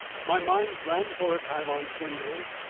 my mind ran for a time on swindells,